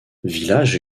village